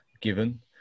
given